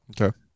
Okay